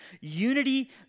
unity